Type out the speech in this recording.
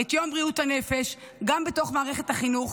את יום בריאות הנפש גם בתוך מערכת החינוך,